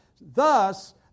Thus